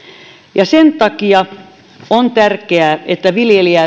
ja sen takia on tärkeää että viljelijä